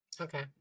Okay